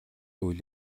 үйл